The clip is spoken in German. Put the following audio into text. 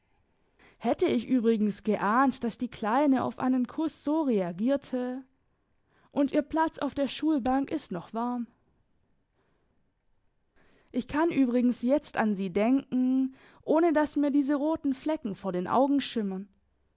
hätte ich übrigens geahnt dass die kleine auf einen kuss so reagierte und ihr platz auf der schulbank ist noch warm ich kann übrigens jetzt an sie denken ohne dass mir diese roten flecken vor den augen schimmern